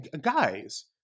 guys